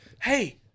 Hey